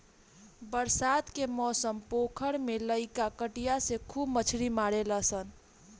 बरसात के मौसम पोखरा में लईका कटिया से खूब मछली मारेलसन